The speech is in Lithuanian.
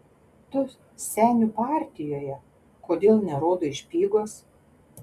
tu senių partijoje kodėl nerodai špygos